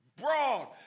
broad